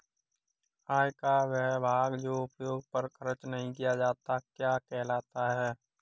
आय का वह भाग जो उपभोग पर खर्च नही किया जाता क्या कहलाता है?